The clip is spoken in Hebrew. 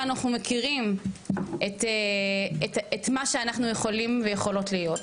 מכירים את מה שאנחנו יכולים ויכולות להיות.